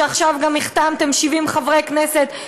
שעכשיו גם החתמתם 70 חברי כנסת,